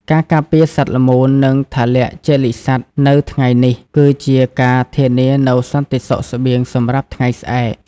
ការការពារសត្វល្មូន និងថលជលិកសត្វនៅថ្ងៃនេះ គឺជាការធានានូវសន្តិសុខស្បៀងសម្រាប់ថ្ងៃស្អែក។